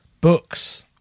books